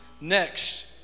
Next